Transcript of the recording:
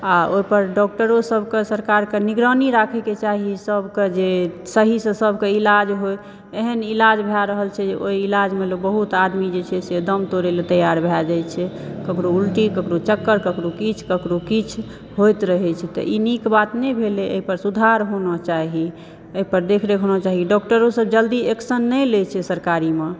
आ ओहिपर डाक्टरो सभके सब प्रकार के निगरानी राखएके चाही सबके जे सही सऽ सबके इलाज होइ एहन इलाज भऽ रहल छै जे ओहि इलाज मे लोग बहुत आदमी जे छै से दम तोड़ए लए तैयार भऽ जाइ छै ककरो उल्टी ककरो चक्कर ककरो किछु ककरो किछु होइत रहै छै तऽ ई नीक बात नहि भेलै एहि पर सुधार होना चाही एहि पर देखरेख होना चाही डॉक्टरो सब जल्दी एक्शन नहि लै छै सरकारीमे